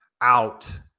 out